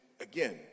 again